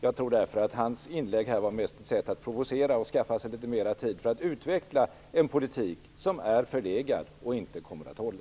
Jag tror att hans inlägg mest var avsett att provocera och skaffa honom litet mer tid för att utveckla en politik som är förlegad och inte kommer att hålla.